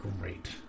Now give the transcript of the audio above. great